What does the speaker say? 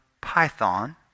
Python